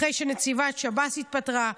אחרי שנציבת שב"ס התפטרה,